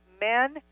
Men